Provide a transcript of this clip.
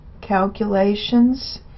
calculations